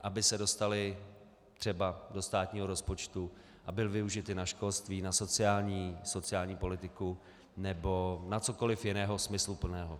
Aby se dostaly třeba do státního rozpočtu a byly využity na školství, na sociální politiku nebo na cokoli jiného smysluplného.